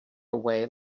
away